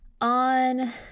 On